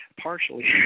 partially